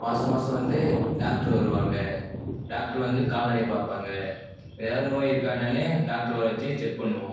மாசம் மாசம் வந்து டாக்ட்ரு வருவாங்கள் டாக்ட்ரு வந்து கால்நடையை பார்ப்பாங்க எதாவது நோய் இருக்கா என்னென்னு டாக்ட்ரை வர வச்சி செக் பண்ணுவோம்